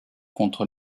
contre